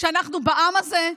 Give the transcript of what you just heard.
שאנחנו בעם הזה,